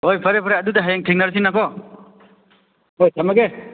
ꯍꯣꯏ ꯐꯔꯦ ꯐꯔꯦ ꯑꯗꯨꯗꯤ ꯍꯌꯦꯡ ꯊꯦꯡꯅꯔꯁꯤꯅꯀꯣ ꯍꯣꯏ ꯊꯝꯃꯒꯦ